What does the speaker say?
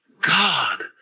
God